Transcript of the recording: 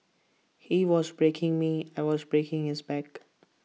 he was breaking me I was breaking his back